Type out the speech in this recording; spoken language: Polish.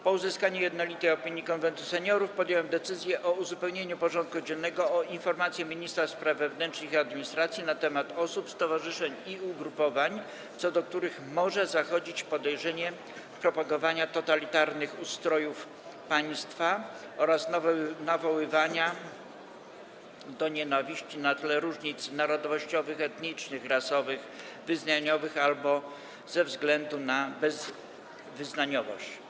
Po uzyskaniu jednolitej opinii Konwentu Seniorów podjąłem decyzję o uzupełnieniu porządku dziennego o informację ministra spraw wewnętrznych i administracji na temat osób, stowarzyszeń i ugrupowań, co do których może zachodzić podejrzenie propagowania totalitarnych ustrojów państwa oraz nawoływania do nienawiści na tle różnic narodowościowych, etnicznych, rasowych, wyznaniowych albo ze względu na bezwyznaniowość.